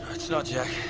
it's not, jack.